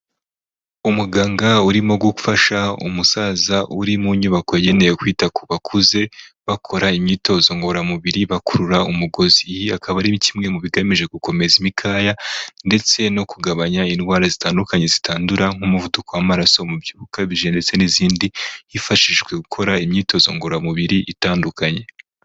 Umuganga urimo gufasha umusaza uri mu nyubako yagenewe kwita ku bakuze, bakora imyitozo ngororamubiri, bakurura umugozi, iyi akaba ari kimwe mu bigamije gukomeza imikaya ndetse no kugabanya indwara zitandukanye zitandura nk'umuvuduko w'amaraso, umubyibuho ukabije ndetse n'izindi, hifashishwa gukora imyitozo ngororamubiri itandukanye.